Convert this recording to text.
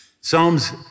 Psalms